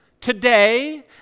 Today